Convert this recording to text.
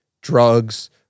drugs